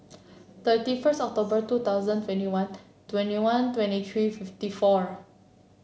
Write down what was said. thirty first October two thousand twenty one twenty one twenty three fifty four